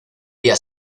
día